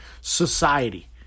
society